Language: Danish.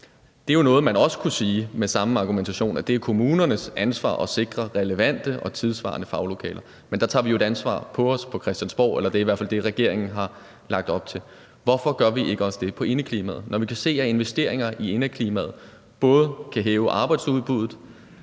Det er jo noget, hvor man også med samme argumentation kunne sige, at det er kommunernes ansvar, altså at sikre relevante og tidssvarende faglokaler; men der tager vi jo et ansvar på os på Christiansborg, eller det er i hvert fald det, regeringen har lagt op til. Hvorfor gør vi ikke også det på indeklimaet? Når vi kan se, at investeringer i indeklimaet både kan hæve arbejdsudbuddet,